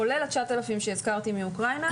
כולל ה-9,000 שהזכרתי מאוקראינה.